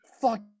fuck